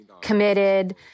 committed